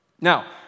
Now